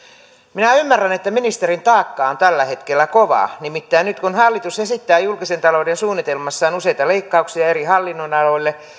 minä ymmärrän että ministerin taakka on tällä hetkellä kova nimittäin nyt kun hallitus esittää julkisen talouden suunnitelmassaan useita leikkauksia eri hallinnonaloille